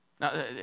Now